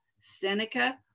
Seneca